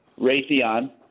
Raytheon